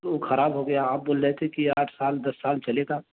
تو وہ خراب ہو گیا آپ بول رہے تھے کہ آٹھ سال دس سال چلے گا